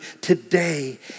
today